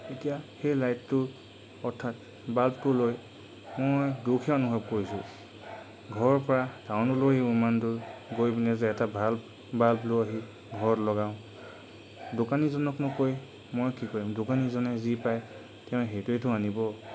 এতিয়া সেই লাইটটোৰ অৰ্থাৎ বাল্বটো লৈ মই দুখীয়া অনুভৱ কৰিছোঁ ঘৰৰ পৰা টাউনলৈও ইমান দূৰ গৈ পিনে যে এটা ভাল্ব বাল্ব লৈ আহি ঘৰত লগাওঁ দোকানীজনক নকৈ মই কি কৰিম দোকানীজনে যি পায় তেওঁ সেইটোৱেটো আনিব